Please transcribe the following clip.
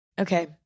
Okay